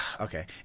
Okay